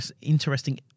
interesting